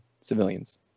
civilians